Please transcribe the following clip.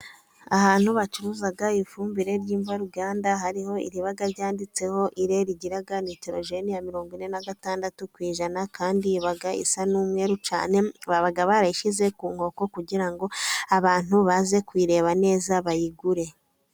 Ahantu bacuruza ifumbire ry'imvaruganda, hariho iriba ryanditseho Ire, rigira nitorojene ya mirongo ine na gatandatu ku ijana, kandi iba isa n'umweru cyane ,baba barayishyize ku nkoko kugira ngo abantu baze kuyireba neza bayigure.